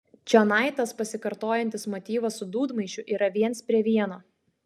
čionai tas pasikartojantis motyvas su dūdmaišiu yra viens prie vieno